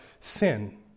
sin